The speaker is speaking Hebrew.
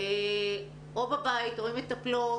או בבית או עם מטפלות,